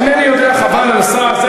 אינני יודע חבל או נשרף.